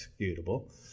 executable